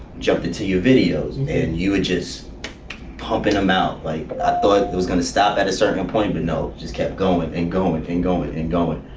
jumped into your videos and yuji's pop in a mouth like i thought it was gonna stop at a certain point. but no, i just kept going and going and going going and going.